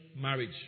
marriage